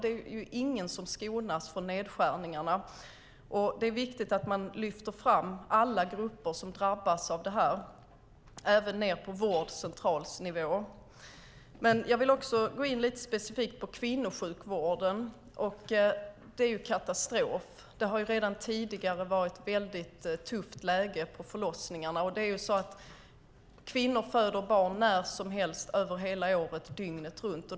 Det är ingen som skonas från nedskärningarna. Det är viktigt att man lyfter fram alla grupper som drabbas av det här, även ned på vårdcentralsnivå. Jag vill också gå in lite specifikt på kvinnosjukvården. Det är ju en katastrof. Det har redan tidigare varit ett väldigt tufft läge på förlossningarna. Det är så att kvinnor föder barn när som helst över hela året, dygnet runt.